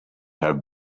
have